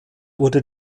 wurde